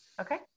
Okay